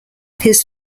his